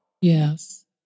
Yes